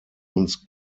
uns